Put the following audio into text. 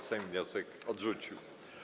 Sejm wniosek odrzucił.